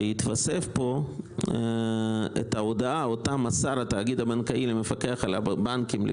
שתתווסף פה "ההודעה אותה מסר התאגיד הבנקאי למפקח על הבנקים,